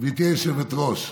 גברתי היושבת-ראש,